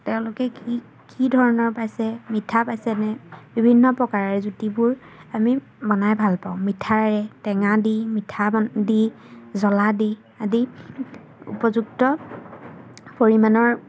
তেওঁলোকে কি কি ধৰণৰ পাইছে মিঠা পাইছেনে বিভিন্ন প্ৰকাৰেৰে জুতিবোৰ আমি বনাই ভালপাওঁ মিঠাৰে টেঙা দি মিঠা বন দি জ্বলা দি আদি উপযুক্ত পৰিমাণৰ